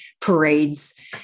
parades